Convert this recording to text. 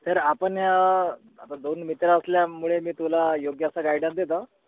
तर आपण आता दोन मित्र असल्यामुळे मी तुला योग्य असा गायडन्स देतो